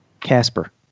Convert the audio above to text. Casper